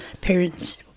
parents